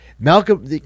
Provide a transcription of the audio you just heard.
Malcolm